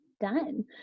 done